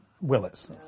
Willis